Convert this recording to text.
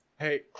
Hey